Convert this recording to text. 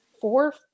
four